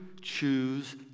choose